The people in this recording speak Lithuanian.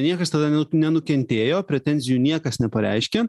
niekas tada nenukentėjo pretenzijų niekas nepareiškė